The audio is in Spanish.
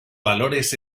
valores